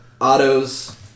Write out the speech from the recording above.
Otto's